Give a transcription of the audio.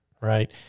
right